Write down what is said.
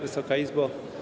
Wysoka Izbo!